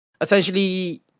Essentially